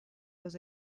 was